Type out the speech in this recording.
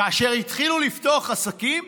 כאשר התחילו לפתוח עסקים,